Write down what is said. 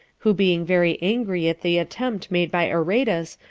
who being very angry at the attempt made by aretas,